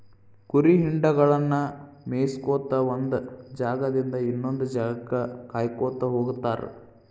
ಕುರಿ ಹಿಂಡಗಳನ್ನ ಮೇಯಿಸ್ಕೊತ ಒಂದ್ ಜಾಗದಿಂದ ಇನ್ನೊಂದ್ ಜಾಗಕ್ಕ ಕಾಯ್ಕೋತ ಹೋಗತಾರ